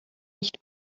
nicht